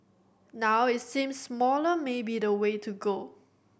now it seems smaller may be the way to go